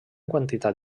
quantitat